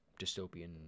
dystopian